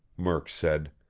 murk said.